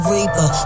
Reaper